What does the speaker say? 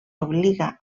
obliga